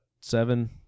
seven